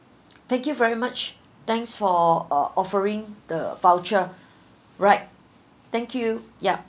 thank you very much thanks for uh offering the voucher right thank you yup